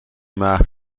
محو